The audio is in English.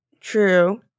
true